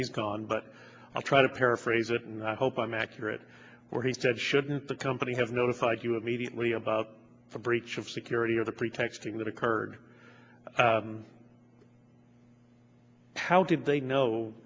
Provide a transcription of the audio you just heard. he's gone but i'll try to paraphrase it and i hope i'm accurate or he said shouldn't the company have notified you immediately about for breach of security or the pretexting that occurred how did they know